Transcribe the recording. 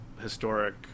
historic